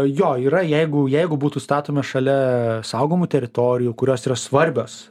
jo yra jeigu jeigu būtų statomi šalia saugomų teritorijų kurios yra svarbios